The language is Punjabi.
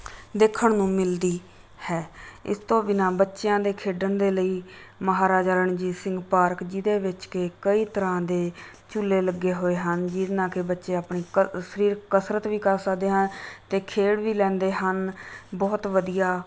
ਦੇਖਣ ਨੂੰ ਮਿਲਦੀ ਹੈ ਇਸ ਤੋਂ ਬਿਨਾਂ ਬੱਚਿਆਂ ਦੇ ਖੇਡਣ ਦੇ ਲਈ ਮਹਾਰਾਜਾ ਰਣਜੀਤ ਸਿੰਘ ਪਾਰਕ ਜਿਹਦੇ ਵਿੱਚ ਕਿ ਕਈ ਤਰਾਂ ਦੇ ਝੂਲੇ ਲੱਗੇ ਹੋਏ ਹਨ ਜਿਹਦੇ ਨਾਲ ਕਿ ਬੱਚੇ ਆਪਣੀ ਕ ਸਰੀਰਕ ਕਸਰਤ ਵੀ ਕਰ ਸਕਦੇ ਆ ਅਤੇ ਖੇਲ਼ ਵੀ ਲੈਂਦੇ ਹਨ ਬਹੁਤ ਵਧੀਆ